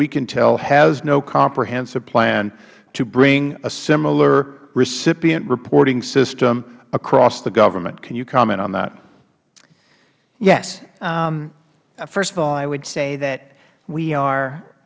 we can tell has no comprehensive plan to bring a similar recipient reporting system across the government can you comment on that mister werfel yes first of all i would say that we are